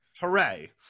Hooray